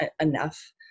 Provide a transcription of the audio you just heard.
enough